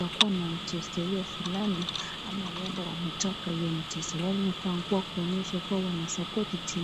Pakua na mchezo hiyo Fulani ama huenda wametoka hiyo mchezo. Wamevaa nguo kuonyesha Wana support timu.